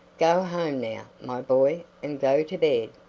go home now, my boy, and go to bed.